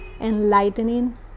enlightening